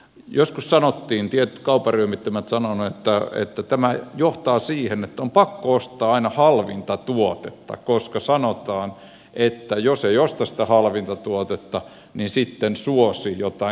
joskus sanottiin tietyt kaupparyhmittymät ovat sanoneet että tämä johtaa siihen että on pakko ostaa aina halvinta tuotetta koska sanotaan että jos ei osta sitä halvinta tuotetta niin sitten suosii jotain kalliimpaa